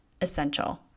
essential